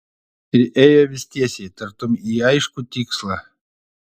ir ėjo vis tiesiai tartum į aiškų tikslą